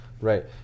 right